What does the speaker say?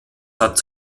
hat